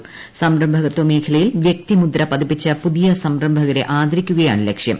് സംരംഭകത്വ മേഖലയിൽ വ്യക്തിമുദ്ര പതിപ്പിച്ച പുതിയ സംരംഭകരെ ആദരിക്കുകയാണ് ലക്ഷ്യം